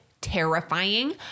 terrifying